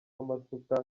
amasuka